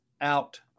out